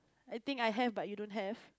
I think I have but you don't have